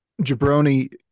Jabroni